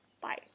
bye